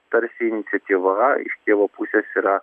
tarsi iniciatyva iš kijevo pusės yra